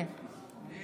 אני